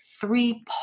three